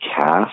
cast